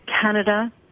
Canada